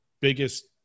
biggest